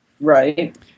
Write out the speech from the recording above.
Right